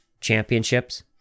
championships